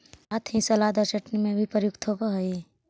साथ ही सलाद और चटनी में भी प्रयुक्त होवअ हई